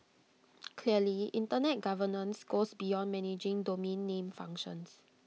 clearly Internet governance goes beyond managing domain name functions